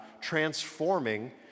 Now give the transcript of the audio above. transforming